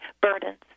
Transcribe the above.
burdens